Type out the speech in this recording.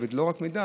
לא רק מידע,